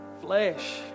flesh